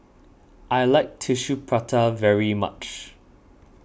I like Tissue Prata very much